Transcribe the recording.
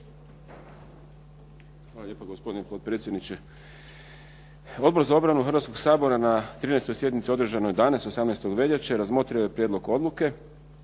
Hvala lijepo gospodine potpredsjedniče. Odbor za obranu Hrvatskoga sabora na 13. sjednici održanoj danas 18. veljače razmotrio je prijedlog odluke